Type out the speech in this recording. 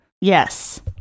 Yes